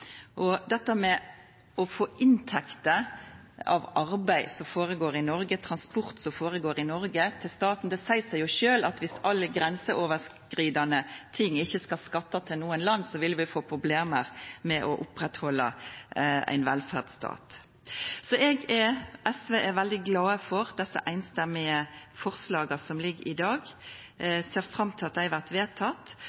Inntekter av arbeid som føregår i Noreg, av transport som føregår i Noreg, må staten få. Det seier seg sjølv at dersom alt grenseoverskridande ikkje skal skatta til noko land, vil vi få problem med å oppretthalda ein velferdsstat. Så SV er veldig glade for desse einstemmige forslaga som ligg føre i dag.